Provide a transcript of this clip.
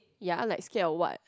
ya like scared of what